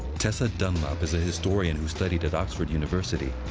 tessa dunlop is a historian who studied at oxford university.